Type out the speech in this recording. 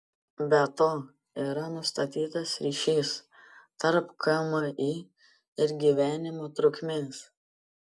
be to yra nustatytas ryšys tarp kmi ir gyvenimo trukmės